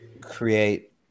create